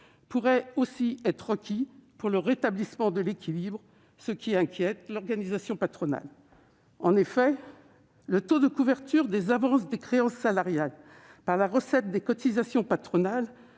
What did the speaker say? pourrait aussi être requis pour rétablir l'équilibre, ce qui inquiète l'organisation patronale. Le taux de couverture des avances de créances salariales par les recettes de cotisations patronales